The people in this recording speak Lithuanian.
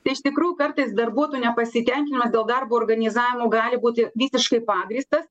iš tikrųjų kartais darbuotojų nepasitenkinimas dėl darbo organizavimo gali būti visiškai pagrįstas